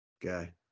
guy